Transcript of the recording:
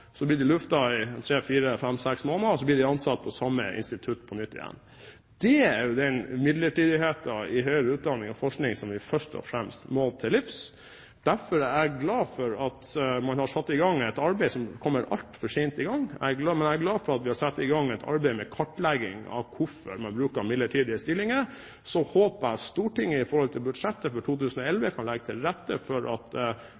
så blir de luftet i tre, fire, fem, seks måneder, og så blir de ansatt på samme institutt på nytt igjen. Det er bruken av midlertidige stillinger i høyere utdanning og forskning som vi først og fremst må til livs. Derfor er jeg glad for at man har satt i gang et arbeid, men det er kommet altfor seint i gang, og jeg er glad for at vi har satt i gang et arbeid med kartlegging av hvorfor man bruker midlertidige stillinger. Jeg håper at Stortinget i forhold til budsjett for 2011 kan legge til rette for at